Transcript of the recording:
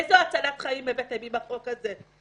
איזו הצלת חיים הבאתם עם החוק הזה?